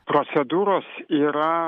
procedūros yra